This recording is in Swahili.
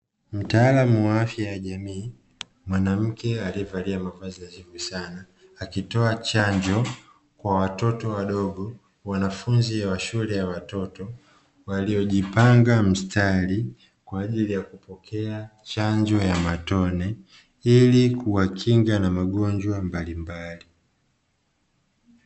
Mtaalamu wa afya ya jamii mwanamke aliyevalia mavazi nadhifu sana akitoa chanjo kwa watoto wadogo, wanafunzi wa shule ya watoto waliojipanga msitari kwa ajili ya kupokea chanjo ya matone ili kujikinga na magonjwa mbalimbali.